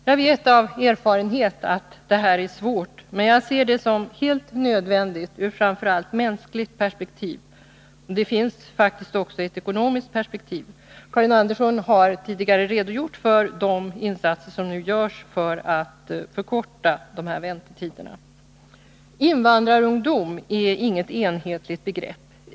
Jag vet av erfarenhet att det här är svårt, men jag ser det som helt nödvändigt ur framför allt mänskligt perspektiv, men det finns också ett ekonomiskt perspektiv. Karin Andersson har tidigare redogjort för de insatser som nu görs för att förkorta väntetiderna. Invandrarungdom är inget enhetligt begrepp.